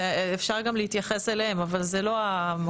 אפשר גם להתייחס אליהם אבל זה לא המקום.